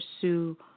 pursue